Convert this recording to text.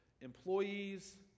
employees